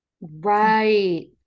right